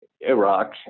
Iraq